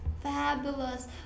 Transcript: fabulous